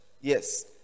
yes